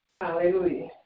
Hallelujah